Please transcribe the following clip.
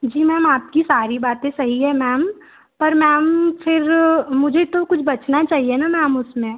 जी ma'am आपकी सारी बातें सही है मैम पर मैम फिर मुझे तो कुछ बचना चाहिए न मैम उसमें